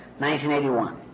1981